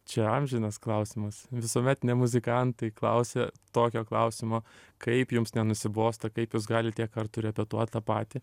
čia amžinas klausimas visuomet ne muzikantai klausia tokio klausimo kaip jums nenusibosta kaip jūs galit tiek kartų repetuot tą patį